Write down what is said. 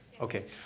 Okay